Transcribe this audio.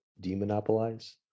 demonopolize